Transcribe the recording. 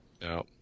No